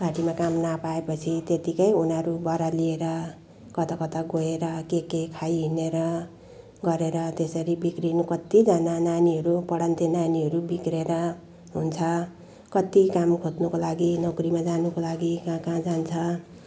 पार्टीमा काम नपाएपछि त्यत्तिकै उनीहरू बरालिएर कताकता गएर के के खाइहिँडेर गरेर त्यसरी बिग्रिनु कत्तिजना नानीहरू पढन्ते नानीहरू बिग्रेर हुन्छ कत्ति काम खोज्नुको लागि नोकरीमा जानुको लागि कहाँ कहाँ जान्छ